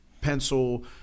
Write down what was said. pencil